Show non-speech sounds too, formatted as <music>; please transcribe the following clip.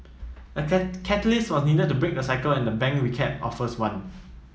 a <unintelligible> catalyst was needed to break the cycle and the bank recap offers one